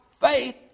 faith